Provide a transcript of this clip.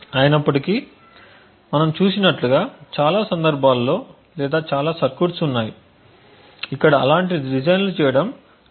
అయినప్పటికీ మనం చూసినట్లుగా చాలా సందర్భాలు లేదా చాలా సర్క్యూట్స్ ఉన్నాయి ఇక్కడ అలాంటి డిజైన్లు చేయడం చాలా కష్టం